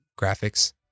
graphics